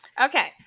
Okay